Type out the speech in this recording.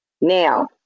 Now